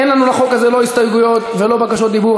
אין לנו לחוק הזה לא הסתייגויות ולא בקשות דיבור.